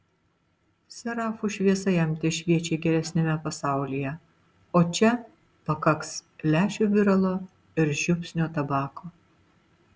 serafų šviesa jam tešviečia geresniame pasaulyje o čia pakaks lęšių viralo ir žiupsnio tabako